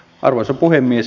arvoisa puhemies